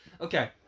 Okay